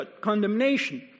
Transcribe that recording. condemnation